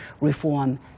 reform